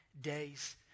days